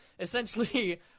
Essentially